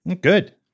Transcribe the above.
Good